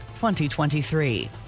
2023